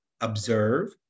observe